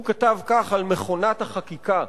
הוא כתב כך על מכונת החקיקה,